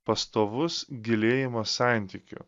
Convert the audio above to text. pastovus gilėjimas santykių